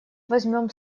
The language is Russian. возьмём